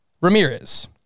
Ramirez